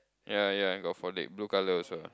ya ya got four leg blue color also ah